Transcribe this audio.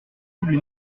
voulu